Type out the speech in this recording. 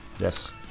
yes